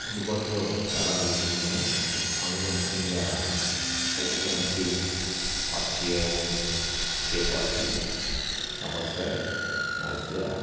అందుబాటులో చాలా వెహికల్స్ ఉన్నాయి అందులో ముఖ్యంగా M six Austin A forty Somerset Mazda